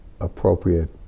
appropriate